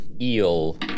Eel